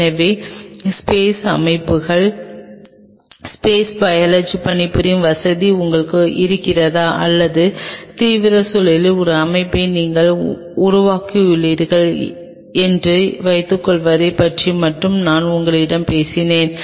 எனவே ஸ்பெஸ் அமைப்புகள் space biology பணிபுரியும் வசதி உங்களுக்கு இருக்கிறதா அல்லது தீவிர சூழலின் ஒரு அமைப்பை நீங்கள் உருவாக்கியுள்ளீர்கள் என்று வைத்துக் கொள்வதைப் பற்றி மட்டுமே நான் உங்களிடம் பேசினேன்